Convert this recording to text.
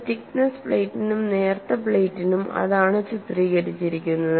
ഒരു തിക്നെസ്സ് പ്ലേറ്റിനും നേർത്ത പ്ലേറ്റിനും അതാണ് ചിത്രീകരിച്ചിരിക്കുന്നത്